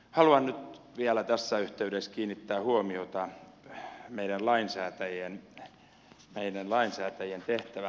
haluan nyt vielä tässä yhteydessä kiinnittää huomiota meidän lainsäätäjien tehtävään